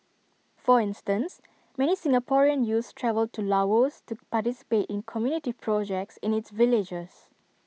for instance many Singaporean youths travel to Laos to participate in community projects in its villages